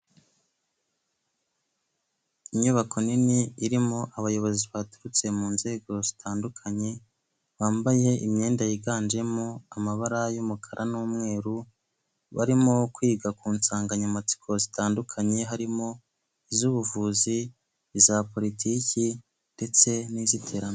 Inyubako nini irimo abayobozi baturutse mu nzego zitandukanye bambaye imyenda yiganjemo amabara y'umukara n'umweru, barimo kwiga ku nsanganyamatsiko zitandukanye harimo iz'ubuvuzi, iza poritiki ndetse n'iziterambere.